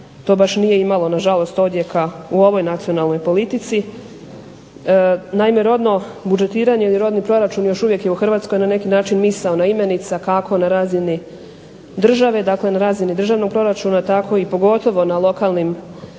to baš nije imalo nažalost odjeka u ovoj nacionalnoj politici. Naime, rodno budžetiranje ili rodni proračun još uvijek je u Hrvatskoj na neki način misaona imenica, kako na razini države, dakle na razini državnog proračuna, tako i pogotovo na lokalnim